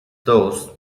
dos